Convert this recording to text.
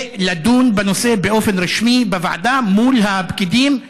לדון בנושא באופן רשמי בוועדה מול הפקידים.